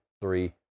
three